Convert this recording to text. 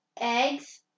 Eggs